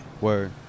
word